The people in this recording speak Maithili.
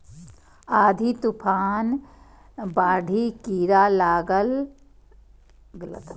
आंधी, तूफान, बाढ़ि, कीड़ा लागब, सूखा आदिक कारणें फसलक बर्बादी होइ छै